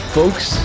folks